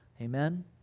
Amen